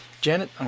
janet